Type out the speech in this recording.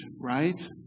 right